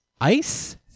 ice